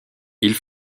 ils